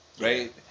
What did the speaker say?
Right